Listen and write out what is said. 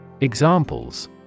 Examples